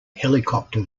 helicopter